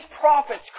prophets